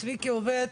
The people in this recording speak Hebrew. צביקי עובד,